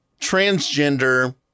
transgender